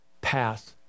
pass